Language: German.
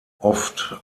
oft